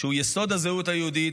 שהוא יסוד הזהות היהודית.